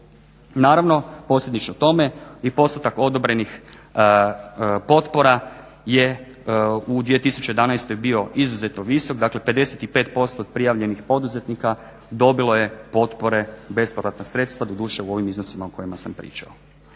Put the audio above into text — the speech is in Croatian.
Naravno, posljedično tome i postotak odobrenih potpora je u 2011. bio izuzetno visok, dakle 55% od prijavljenih poduzetnika dobilo je potpore, bespovratna sredstva doduše u ovim iznosima o kojima sam pričao.